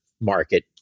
market